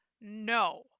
no